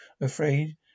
Afraid